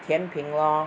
甜品 lor